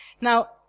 Now